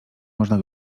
można